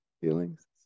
feelings